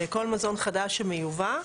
כל מזון חדש שמיובא.